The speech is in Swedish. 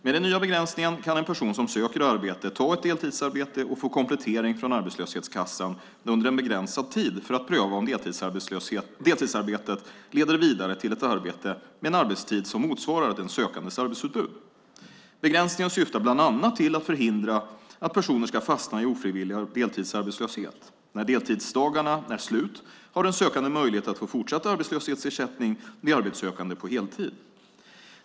Med den nya begränsningen kan en person som söker arbete ta ett deltidsarbete och få komplettering från arbetslöshetskassan under en begränsad tid för att pröva om deltidsarbetet leder vidare till ett arbete med en arbetstid som motsvarar den sökandes arbetsutbud. Begränsningen syftar bland annat till att förhindra att personer ska fastna i ofrivillig deltidsarbetslöshet. När deltidsdagarna är slut har den sökande möjlighet att få fortsatt arbetslöshetsersättning vid arbetssökande på heltid.